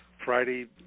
Friday